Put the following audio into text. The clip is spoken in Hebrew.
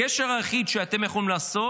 הגשר היחיד שאתם יכולים לעשות,